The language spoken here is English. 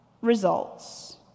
results